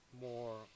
more